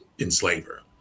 Enslaver